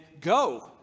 go